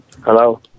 hello